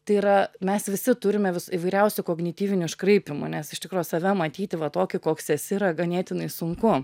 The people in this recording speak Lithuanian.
tai yra mes visi turime vis įvairiausių kognityvinių iškraipymų nes iš tikro save matyti va tokį koks esi yra ganėtinai sunku